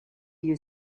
you